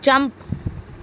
jump